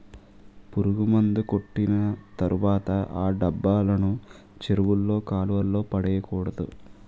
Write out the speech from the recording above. పురుగుమందు కొట్టిన తర్వాత ఆ డబ్బాలను చెరువుల్లో కాలువల్లో పడేకూడదు